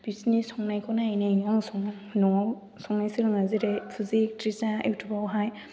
बिसोरनि संनायखौ नायै नायैनो आं सङो न'आव संनाय सोलोङो जेरै फुजि एक्ट्रिसआ युटुबावहाय